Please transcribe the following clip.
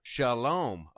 Shalom